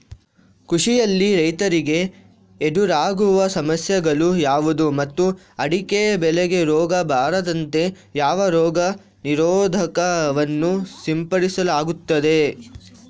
ಕೃಷಿಯಲ್ಲಿ ರೈತರಿಗೆ ಎದುರಾಗುವ ಸಮಸ್ಯೆಗಳು ಯಾವುದು ಮತ್ತು ಅಡಿಕೆ ಬೆಳೆಗೆ ರೋಗ ಬಾರದಂತೆ ಯಾವ ರೋಗ ನಿರೋಧಕ ವನ್ನು ಸಿಂಪಡಿಸಲಾಗುತ್ತದೆ?